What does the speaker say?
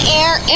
air